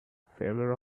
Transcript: favor